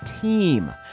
team